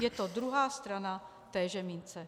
Je to druhá strana téže mince.